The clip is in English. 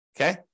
okay